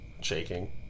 shaking